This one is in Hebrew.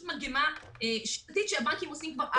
מגמה שיטתית שהבנקים נוקטים בה כבר ארבע שנים.